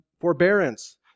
forbearance